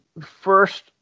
first